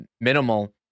minimal